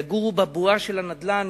יגורו בבועה של הנדל"ן,